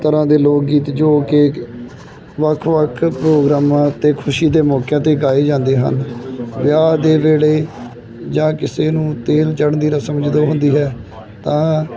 ਤਰ੍ਹਾਂ ਦੇ ਲੋਕ ਗੀਤ ਜੋ ਕਿ ਵੱਖ ਵੱਖ ਪ੍ਰੋਗਰਾਮਾਂ 'ਤੇ ਖੁਸ਼ੀ ਦੇ ਮੌਕਿਆਂ 'ਤੇ ਗਾਏ ਜਾਂਦੇ ਹਨ ਵਿਆਹ ਦੇ ਵੇਲੇ ਜਾਂ ਕਿਸੇ ਨੂੰ ਤੇਲ ਚੜ੍ਹਨ ਦੀ ਰਸਮ ਜਦੋਂ ਹੁੰਦੀ ਹੈ ਤਾਂ